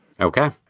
Okay